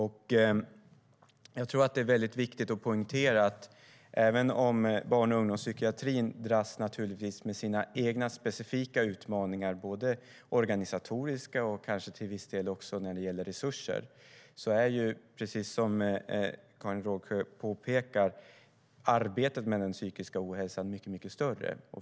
Det är viktigt att poängtera att även om barn och ungdomspsykiatrin dras med sina egna specifika utmaningar - både organisatoriska och till viss del när det gäller resurser - är, precis som Karin Rågsjö påpekar, arbetet med den psykiska ohälsan mycket större.